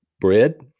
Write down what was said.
bread